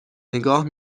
نگاه